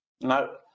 No